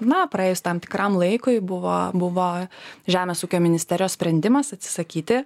na praėjus tam tikram laikui buvo buvo žemės ūkio ministerijos sprendimas atsisakyti